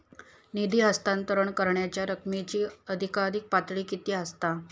निधी हस्तांतरण करण्यांच्या रकमेची अधिकाधिक पातळी किती असात?